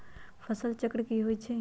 फसल चक्र की होइ छई?